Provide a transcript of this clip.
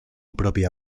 propia